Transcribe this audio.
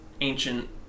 ancient